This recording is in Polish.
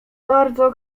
bardzo